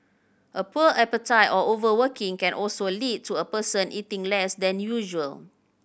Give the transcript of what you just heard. a poor appetite or overworking can also lead to a person eating less than usual